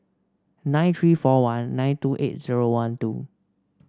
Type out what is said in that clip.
nine three four one nine two eight zero one two